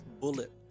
Bullet